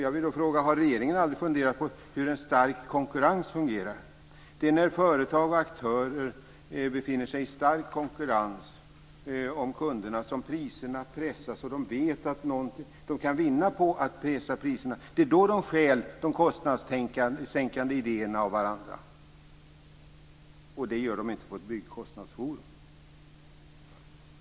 Jag vill då fråga om regeringen aldrig har funderat på hur en stark konkurrens fungerar. Det är när företag och aktörer befinner sig i stark konkurrens om kunderna som priserna pressas. Det vet att de kan vinna på att pressa priserna. Det är då de stjäl de kostnadssänkande idéerna av varandra. Det gör de inte på ett byggkostnadsforum.